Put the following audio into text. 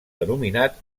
denominat